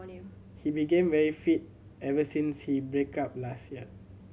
he became very fit ever since he break up last year